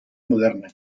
moderna